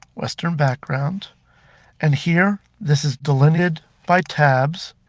western background and here this is delimited by tabs,